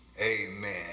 Amen